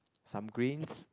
some greens